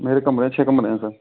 मेरे कमरे छः कमरे हैं सर